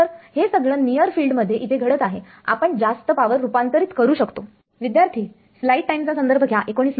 तर हे सगळं नियर फिल्ड मध्ये इथे घडत आहे आपण जास्त पावर रूपांतरित करू शकतो